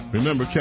Remember